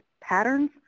patterns